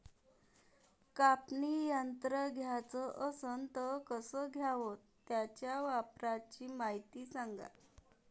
कापनी यंत्र घ्याचं असन त कस घ्याव? त्याच्या वापराची मायती सांगा